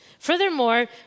Furthermore